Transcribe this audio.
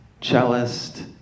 cellist